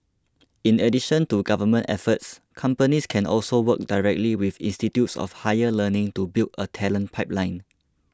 in addition to government efforts companies can also work directly with institutes of higher learning to build a talent pipeline